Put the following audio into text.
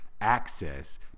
access